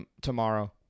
tomorrow